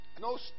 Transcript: no